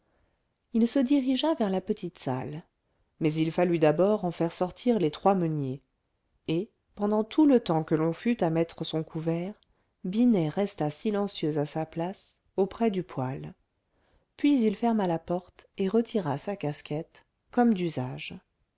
il se dirigea vers la petite salle mais il fallut d'abord en faire sortir les trois meuniers et pendant tout le temps que l'on fut à mettre son couvert binet resta silencieux à sa place auprès du poêle puis il ferma la porte et retira sa casquette comme d'usage